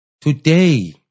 today